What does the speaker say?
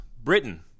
Britain